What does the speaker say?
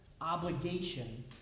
obligation